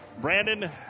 Brandon